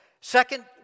Second